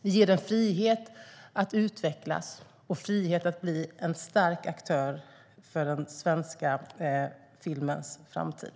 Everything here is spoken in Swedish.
Vi ger den frihet att utvecklas och frihet att bli en stark aktör för den svenska filmens framtid.